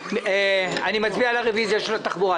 אני מצביע על הרביזיה של התחבורה.